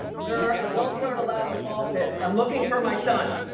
sir, adults aren't allowed in the ball pit. i'm looking for my son.